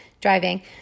driving